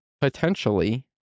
potentially